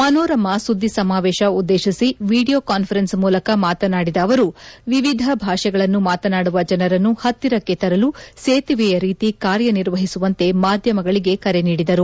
ಮನೋರಮಾ ಸುದ್ದಿ ಸಮಾವೇಶ ಉದ್ದೇಶಿಸಿ ವಿಡಿಯೋ ಕಾನ್ಸರೆನ್ಸ್ ಮೂಲಕ ಮಾತನಾಡಿದ ಅವರು ವಿವಿಧ ಭಾಷೆಗಳನ್ನು ಮಾತನಾಡುವ ಜನರನ್ನು ಹತ್ತಿರಕ್ಕೆ ತರಲು ಸೇತುವೆಯ ರೀತಿ ಕಾರ್ಯನಿರ್ವಹಿಸುವಂತೆ ಮಾಧ್ಯಮಗಳಿಗೆ ಕರೆ ನೀಡಿದರು